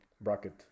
bracket